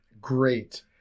great